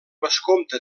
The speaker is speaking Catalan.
vescomte